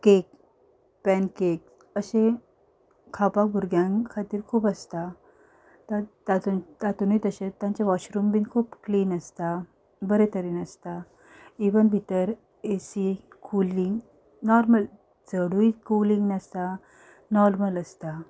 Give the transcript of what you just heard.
cake pancake अशी खावपा भुरग्यां खातीर खूब आसता तातूंन तातूनय तशेंच वॉशरूम बीन खूब क्लीन आसता बरे तरेन आसता इवन भितर ए सी कुलींग नॉर्मल चडूय कुलींग नासता नॉर्मल आसता